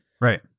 right